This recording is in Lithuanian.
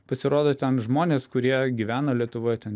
pasirodo ten žmonės kurie gyvena lietuvoj ten